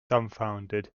dumbfounded